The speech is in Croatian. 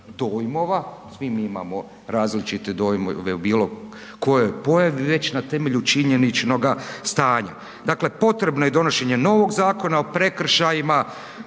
dojmova, svi mi imamo različite dojmove o bilo kojoj pojavi, već na temelju činjeničnoga stanja. Dakle potrebno je donošenje novog Zakona o prekršajima